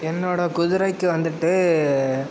என்னோடய குதிரைக்கு வந்துட்டு